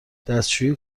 دستشویی